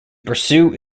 pursue